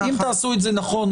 אם תעשו את זה נכון,